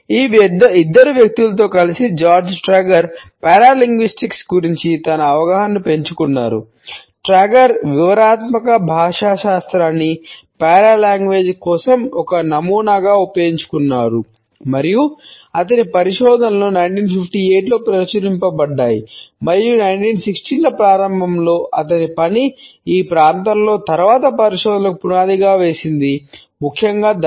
ఈ ఇద్దరు వ్యక్తులతో కలిసి జార్జ్ ట్రాగర్